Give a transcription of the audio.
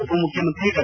ಉಪಮುಖ್ಯಮಂತ್ರಿ ಡಾ